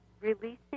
releasing